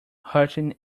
hunting